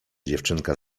dziewczynka